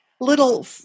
little